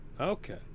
Okay